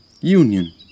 Union